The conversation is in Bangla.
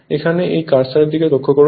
এখানে এই কার্সারের দিকে লক্ষ্য করুন